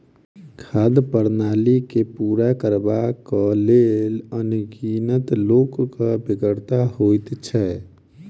खाद्य प्रणाली के पूरा करबाक लेल अनगिनत लोकक बेगरता होइत छै